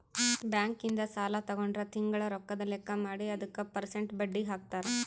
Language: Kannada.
ಬ್ಯಾಂಕ್ ಇಂದ ಸಾಲ ತಗೊಂಡ್ರ ತಿಂಗಳ ರೊಕ್ಕದ್ ಲೆಕ್ಕ ಮಾಡಿ ಅದುಕ ಪೆರ್ಸೆಂಟ್ ಬಡ್ಡಿ ಹಾಕ್ತರ